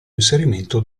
inserimento